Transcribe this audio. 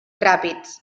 ràpids